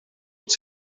els